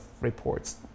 reports